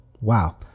Wow